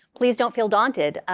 please don't feel daunted.